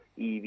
EV